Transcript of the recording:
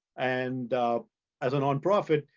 and as a nonprofit,